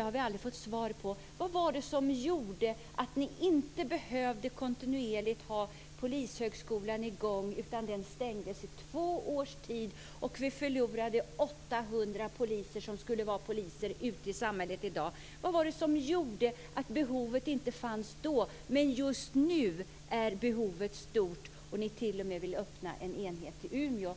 har aldrig fått svar på frågan vad som gjorde att ni inte kontinuerligt behövde ha Polishögskolan i gång utan stängde den i två års tid. Vi förlorade därigenom 800 poliser som skulle ha funnits ute i samhället i dag. Vad var det som gjorde att det inte fanns något behov då, medan behovet just nu är så stort att ni t.o.m. vill öppna en enhet i Umeå?